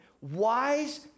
Wise